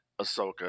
Ahsoka